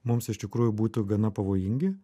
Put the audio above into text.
mums iš tikrųjų būtų gana pavojingi